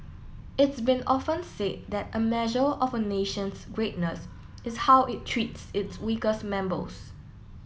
it's been often said that a measure of a nation's greatness is how it treats its weakest members